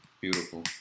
Beautiful